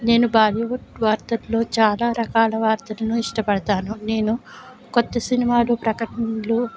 నేను బాలీవుడ్ వార్తల్లో చాలా రకాల వార్తలను ఇష్టపడతాను నేను కొత్త సినిమాలు ప్రకటనలు